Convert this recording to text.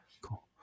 cool